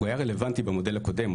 הוא היה רלוונטי במודל הקודם,